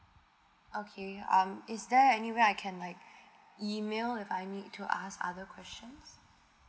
okay um is there anywhere I can like email if I need to ask other question